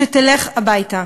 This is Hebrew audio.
שתלך הביתה.